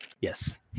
Yes